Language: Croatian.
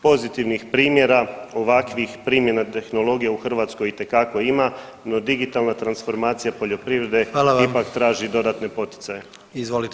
Pozitivnih primjera ovakvih primjena tehnologije u Hrvatskoj itekako ima, no digitalna transformacija poljoprivredne [[Upadica: Hvala vam.]] ipak traži dodatne poticaje.